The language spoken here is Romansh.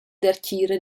dertgira